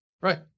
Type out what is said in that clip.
Right